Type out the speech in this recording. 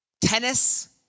Tennis